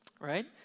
right